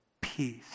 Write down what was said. peace